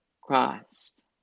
Christ